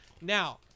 Now